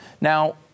Now